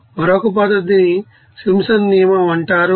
మరొక పద్ధతిని సింప్సన్ నియమం అంటారు